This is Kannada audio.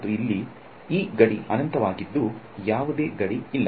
ಮತ್ತು ಇಲ್ಲಿ ಈ ಗಡಿ ಅನಂತ ವಾಗಿದ್ದು ಯಾವುದೇ ಗಡಿ ಇಲ್ಲ